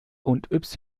und